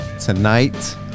Tonight